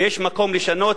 ויש מקום לשנות,